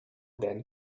then